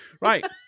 Right